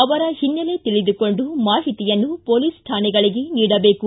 ಅವರ ಹಿನ್ನೆಲೆ ತೀದುಕೊಂಡು ಮಾಹಿತಿಯನ್ನು ಪೊಲೀಸ್ ಕಾಣಿಗಳಿಗೆ ನೀಡಬೇಕು